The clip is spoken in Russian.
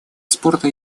спорта